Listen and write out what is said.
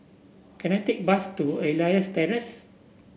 can I take a bus to Elias Terrace